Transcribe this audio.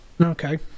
Okay